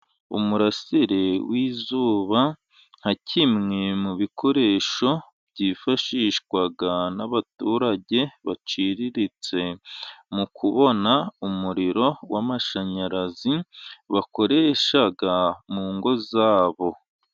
Umurasire w'izuba nka kimwe mu bikoresho byifashishwa n'abaturage baciriritse, mu kubona umuriro w'amashanyarazi bakoresha mu ngo zabo.